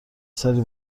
سری